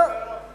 במירון אתמול.